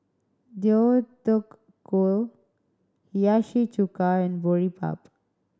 Deodeok Gui Hiyashi Chuka and Boribap